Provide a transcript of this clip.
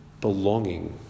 belonging